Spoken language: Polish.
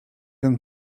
ten